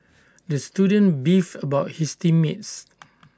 the student beefed about his team mates